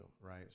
right